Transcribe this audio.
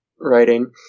writing